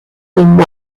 than